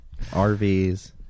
RVs